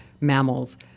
mammals